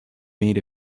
made